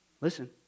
Listen